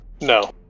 no